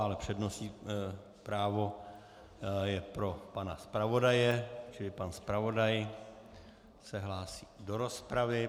Ale přednostní právo je pro pana zpravodaje, čili pan zpravodaj se hlásí do rozpravy.